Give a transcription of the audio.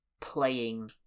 playing